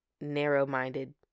narrow-minded